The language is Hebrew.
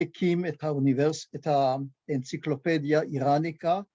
‫הקים את האנציקלופדיה איראניקה.